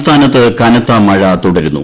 സംസ്ഥാനത്ത് കനത്ത മഴ തുടരുന്നു